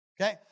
Okay